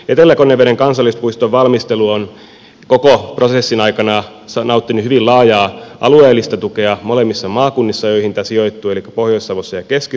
etelä konneveden kansallispuiston valmistelu on koko prosessin aikana nauttinut hyvin laajaa alueellista tukea molemmissa maakunnissa joihin tämä sijoittuu elikkä pohjois savossa ja keski suomessa